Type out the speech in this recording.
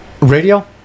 Radio